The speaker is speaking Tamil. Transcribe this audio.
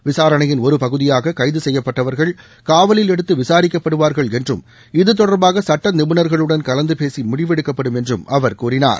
விசாரணையின் ஒரு பகுதியாக கைது செய்யப்பட்டவர்கள் காவலில் எடுத்து விசாரிக்கப்படுவார்கள் என்றும் இதுதொடர்பாக சட்ட நிபுணர்களுடன் கலந்து பேசி முடிவெடுக்கப்படும் என்றும் அவர் கூறினார்